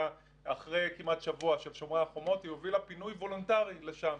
אחרי כמעט שבוע של שומר החומות היא הובילה פינוי וולונטרי לשם,